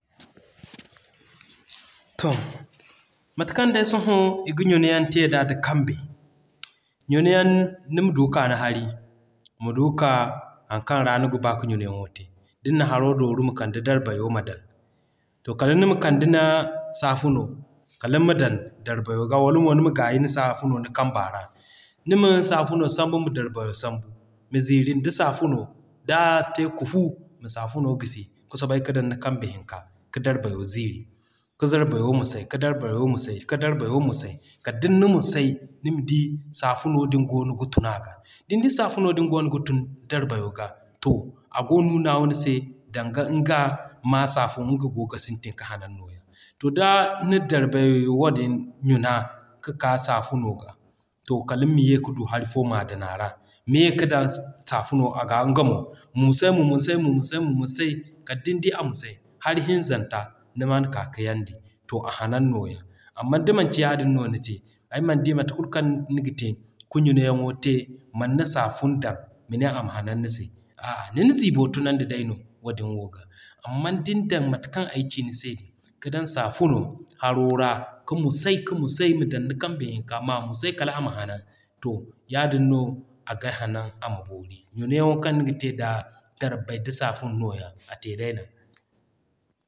To, mate kaŋ day sohõ i ga ɲunayan te d'a da kambe. Ɲunayan nima du k'a ni hari, ma du k'a haŋ kaŋ ra niga ba ka ɲuna yaŋo te. Din na haro dooru, ma kanda Darbayo ma dan, to kala nima kande ni saafuno, kaliŋ ma dan Darbayo ga wala nima gaayi ni saafuno ni kamba ra. Ni min saafuno sambu nima Darbayo sambu, ma ziiri nda saafuno, d'a te kufu, ma saafuno gisi ka soobay ka dan ni kambe hinka ka Darbayo ziiri, ka Darbayo musay ka Darbayo musay ka Darbayo musay. Kala din na musay nima di saafuno goono ga tun aga. Din di saafuno goono ga tun Darbayo ga, to a goo nunawa nise danga nga ma Saafun nga goo sintin ka hanan nooya. To da nina Darbay wadin ɲuna ka k'a saafuno ga, to kaliŋ ma ye ka du hari fo m'a dan a ra, ma ye ka dan Saafuno aga nga mo ma musay ma musay ma musay ma musay. Kala din di a musay, hari hinzanta ni man k'a ka yandi, to a hanan nooya. Amman da manci yaadin no ni te, ay man di mate kulu kaŋ niga te ka ɲuna yaŋo te manna Saafun dan, ma ne ama hanan ni se a'a nina ziibo tunandi day no wadin wo ga. Amman din dan mate kaŋ ay ci ni se din, ka dan saafuno haro ra ka musay ka musay ma dan ni kambe hinka m'a musay kala ama hanan. To yaadin no aga hanan ama boori. Ɲuna yaŋo kaŋ niga te da Darbay da Saafun nooya, a te day nooya.